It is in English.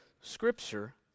Scripture